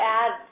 add